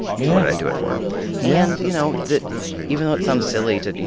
yeah what'd i do it for? yeah and, you know, that even though it sounds silly to, you